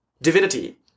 divinity